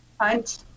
hunt